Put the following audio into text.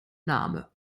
name